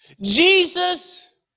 Jesus